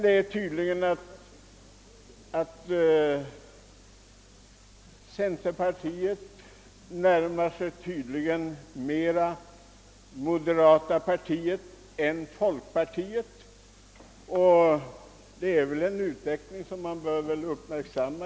Det är tydligt att centerpartiet nu närmar sig moderata samlingspartiet mer än det närmar sig folkpartiet, och detta är en utveckling som vi bör uppmärksamma.